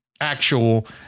actual